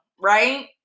right